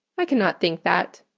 i cannot think that.